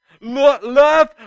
Love